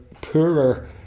poorer